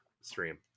stream